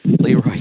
Leroy